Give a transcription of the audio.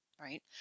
right